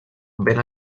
ben